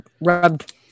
rubbed